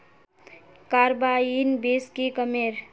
Carbine बीस की कमेर?